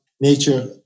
Nature